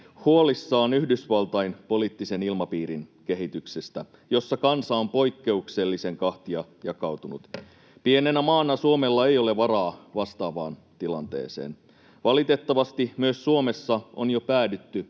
huolissaan Yhdysvaltain poliittisen ilmapiirin kehityksestä, jossa kansa on poikkeuksellisen kahtia jakautunut. Pienenä maana Suomella ei ole varaa vastaavaan tilanteeseen. Valitettavasti myös Suomessa on jo päädytty